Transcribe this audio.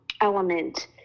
element